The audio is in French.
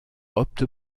opte